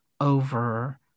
over